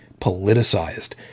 politicized